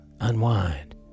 unwind